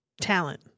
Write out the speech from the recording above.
Talent